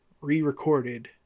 re-recorded